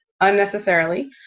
unnecessarily